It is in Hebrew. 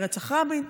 אחרי רצח רבין,